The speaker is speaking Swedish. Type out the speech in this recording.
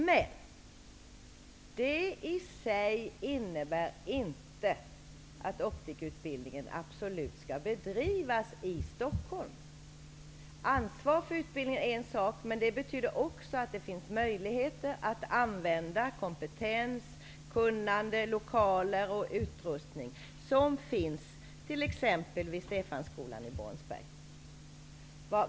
Men det i sig innebär inte att optikerutbildningen absolut skall bedrivas i Stockholm. Ansvaret för utbildningen är en sak, men det betyder också att det finns möjligheter att använda kompetens, kunnande, lokaler och utrustning som finns t.ex. vid Stefanskolan i Borensberg.